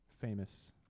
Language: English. famous